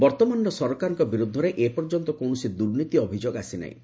ବର୍ତ୍ତମାନର ସରକାରଙ୍କ ବିରୁଦ୍ଧରେ ଏପର୍ଯ୍ୟନ୍ତ କୌଣସି ଦୂର୍ନୀତି ଅଭିଯୋଗ ଆସିନାହିଁ